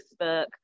Facebook